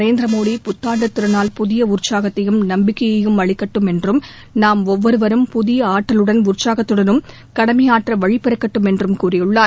நரேந்திரமோடி புத்தாண்டு திருநாள் புதிய உற்சாகத்தையும் நம்பிக்கையையும் அளிக்கட்டும் என்றும் நாம் ஒவ்வொருவரும் புதிய ஆற்றலுடன் உற்சாகத்துடன் கடமையாற்ற வழி பிறக்கட்டும் என்று கூறியுள்ளார்